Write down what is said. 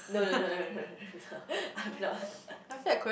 no no no no no no no I'm not